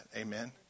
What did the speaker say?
Amen